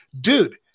Dude